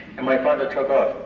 and my brother took